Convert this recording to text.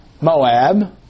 Moab